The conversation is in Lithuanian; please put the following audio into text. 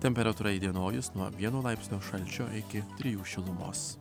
temperatūra įdienojus nuo vieno laipsnio šalčio iki trijų šilumos